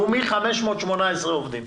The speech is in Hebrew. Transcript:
אושר והמספר שמופיע בו הוא מ-518 עובדים.